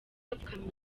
apfukamye